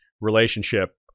relationship